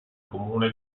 comune